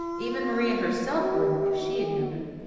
even maria herself wouldn't, if she had known her.